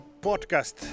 podcast